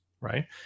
right